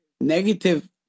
negative